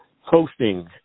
Hosting